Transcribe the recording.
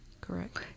Correct